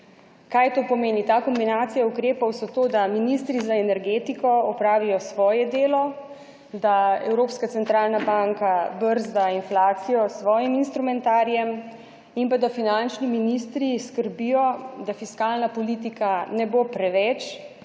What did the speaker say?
Kaj to pomeni? Ta kombinacija ukrepov so to, da ministri za energetiko opravijo svoje delo, da Evropska centralna banka brzda inflacijo s svojim instrumentarijem in pa da finančni ministri skrbijo, da fiskalna politika ne bo preveč